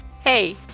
hey